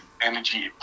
energy